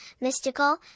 mystical